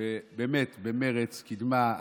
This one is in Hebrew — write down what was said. שבאמת קידמה במרץ,